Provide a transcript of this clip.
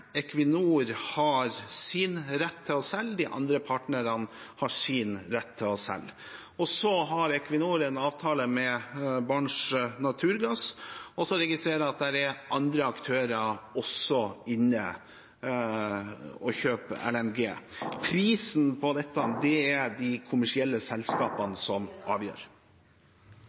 Equinor har sin rett til å selge; de andre partnerne har sin rett til å selge. Så har Equinor en avtale med Barents Naturgass, og jeg registrerer at det også er andre aktører inne og kjøper LNG. Prisen er det de kommersielle selskapene som avgjør.